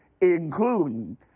including